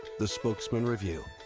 the spokesman review,